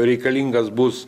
reikalingas bus